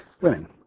women